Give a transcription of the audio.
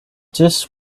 just